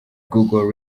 google